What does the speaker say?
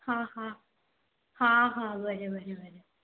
हां हां हां हां बरें बरें बरें